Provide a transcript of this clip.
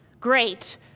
great